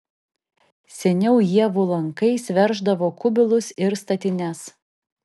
seniau ievų lankais verždavo kubilus ir statines